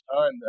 time